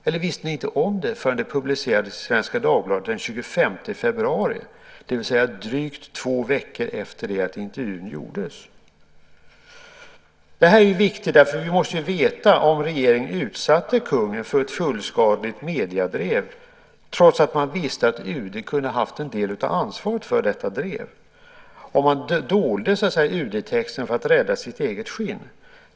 Eller visste ni inte om det förrän det publicerades i Svenska Dagbladet den 25 februari, det vill säga drygt två veckor efter det att intervjun gjordes? Det här är viktigt, för vi måste veta om regeringen utsatte kungen för ett fullskaligt mediedrev trots att man visste att UD kunde ha haft en del av ansvaret för detta drev, om man så att säga dolde UD-texten för att rädda sitt eget skinn.